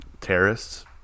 terrorists